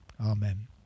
Amen